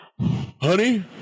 Honey